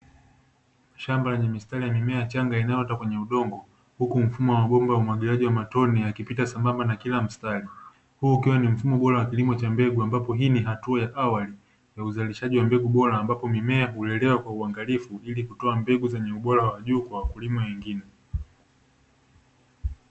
Shamba la mistari mimea changa inayota kwenye udongo, huku mfumo wa wagombea wa umwagiliaji wa matone akipita sambamba na kila mstari, huu ukiwa ni mfumo bora wa kilimo cha mbegu ambapo hii ni hatua ya awali ya uzalishaji wa mbegu bora ambapo mimea hulelewa kwa uangalifu ili kutoa mbegu zenye ubora wa juu kwa wakulima wengine.